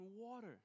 water